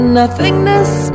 nothingness